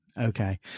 Okay